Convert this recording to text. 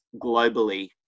globally